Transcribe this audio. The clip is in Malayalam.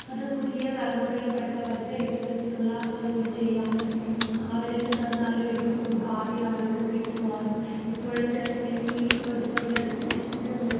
അത് പുതിയ തലമുറയിൽ പെട്ടവർക്ക് ഇത്തരത്തിലുള്ള ജോലി ചെയ്യാനും അവർ നല്ലൊരു ഭാവി അവർക്ക് കിട്ടുവാനും ഇപ്പോഴത്തെ ഈ ഈ തൊഴിലധിഷ്ഠിത